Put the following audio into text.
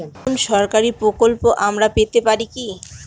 কোন সরকারি প্রকল্প আমরা পেতে পারি কি?